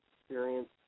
Experience